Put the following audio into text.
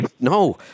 no